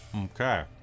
Okay